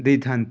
ଦେଇଥାନ୍ତି